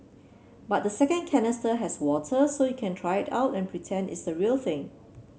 but the second canister has water so you can try it out and pretend it's the real thing